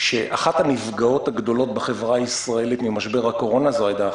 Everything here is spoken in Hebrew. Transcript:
שאחת הנפגעות הגדולות בחברה הישראלית ממשבר הקורונה היא העדה החרדית.